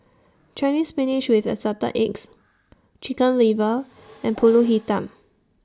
Chinese Spinach with Assorted Eggs Chicken Liver and Pulut Hitam